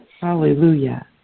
Hallelujah